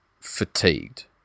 fatigued